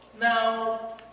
Now